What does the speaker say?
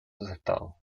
aceptado